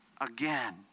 again